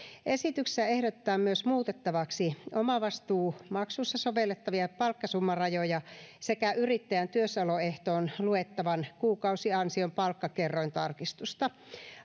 esityksessä ehdotetaan myös muutettavaksi omavastuumaksussa sovellettavia palkkasummarajoja sekä yrittäjän työssäoloehtoon luettavan kuukausiansion palkkakerrointarkistusta